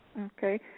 Okay